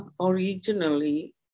originally